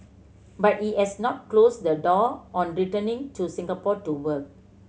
but he has not closed the door on returning to Singapore to work